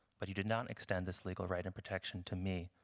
but you did not extend this legal right and protection to me,